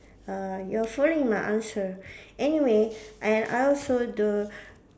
uh you're following my answer anyway I I also do